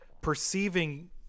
perceiving